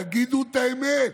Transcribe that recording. תגידו את האמת,